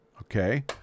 okay